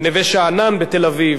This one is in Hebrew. בנווה-שאנן בתל-אביב,